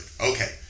Okay